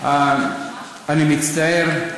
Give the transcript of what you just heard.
אני מצטער,